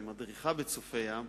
היא מדריכה בצופי-ים.